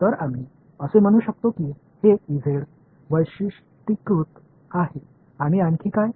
तर आम्ही असे म्हणू शकतो की हे वैशिष्ट्यीकृत आहे आणि आणखी काय